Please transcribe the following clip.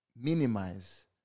minimize